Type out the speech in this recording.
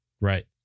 Right